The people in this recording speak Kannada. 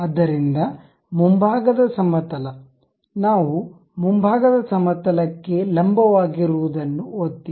ಆದ್ದರಿಂದ ಮುಂಭಾಗದ ಸಮತಲ ನಾವು ಮುಂಭಾಗದ ಸಮತಲ ಕ್ಕೆ ಲಂಬವಾಗಿರುವದನ್ನು ಒತ್ತಿ